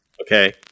okay